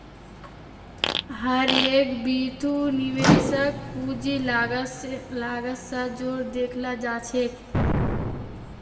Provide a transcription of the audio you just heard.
हर एक बितु निवेशकक पूंजीर लागत स जोर देखाला जा छेक